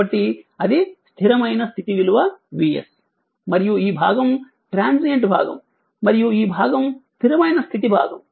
కాబట్టి అది స్థిరమైన స్థితి విలువ Vs మరియు ఈ భాగం ట్రాన్సియంట్ భాగం మరియు ఈ భాగం స్థిరమైన స్థితి భాగం